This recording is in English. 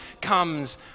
comes